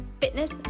fitness